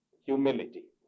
humility